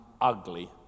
ugly